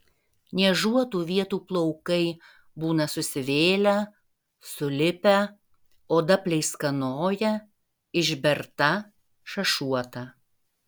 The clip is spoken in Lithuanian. niežuotų vietų plaukai būna susivėlę sulipę oda pleiskanoja išberta šašuota